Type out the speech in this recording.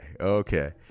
Okay